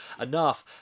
enough